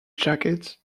jacket